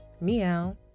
Meow